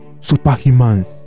superhumans